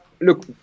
Look